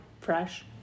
fresh